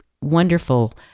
wonderful